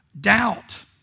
Doubt